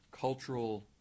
cultural